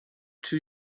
two